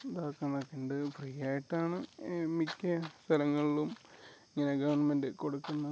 ഇതാക്കുന്നൊക്കെ ഉണ്ട് ഫ്രീയായിട്ടാണ് മിക്ക സ്ഥലങ്ങളിലും ഇങ്ങനെ ഗവൺമെൻ്റ് കൊടുക്കുന്നത്